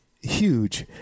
huge –